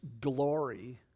glory